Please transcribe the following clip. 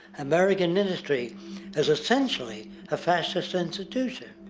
american industry is essencially a fascist institution.